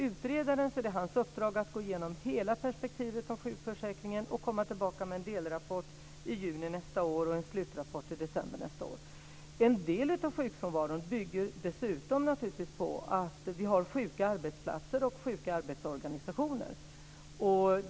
Utredarens uppdrag är att gå igenom hela perspektivet på sjukförsäkringen och komma tillbaka med en delrapport i juni nästa år och en slutrapport i december nästa år. En del av sjukfrånvaron bygger dessutom på att vi har sjuka arbetsplatser och sjuka arbetsorganisationer.